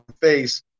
face